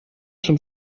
schon